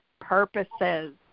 purposes